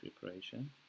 preparation